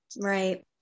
right